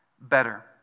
better